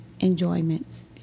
enjoyments